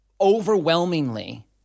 overwhelmingly